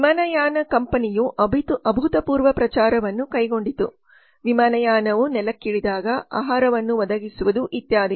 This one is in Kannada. ವಿಮಾನಯಾನ ಕಂಪನಿಯು ಅಭೂತಪೂರ್ವ ಪ್ರಚಾರವನ್ನು ಕೈಗೊಂಡಿತು ವಿಮಾನಯಾನವು ನೆಲಕ್ಕ್ಕಿಳಿದಾಗ ಆಹಾರವನ್ನು ಒದಗಿಸುವುದು ಇತ್ಯಾದಿ